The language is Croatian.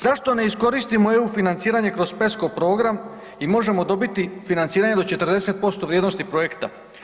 Zašto ne iskoristimo EU financiranje kroz PESCO program i možemo dobiti financiranje do 40% vrijednosti projekta?